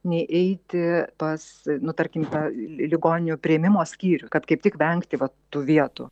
neiti pas nu tarkim į tą ligoninių priėmimo skyrių kad kaip tik vengti vat tų vietų